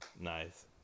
Nice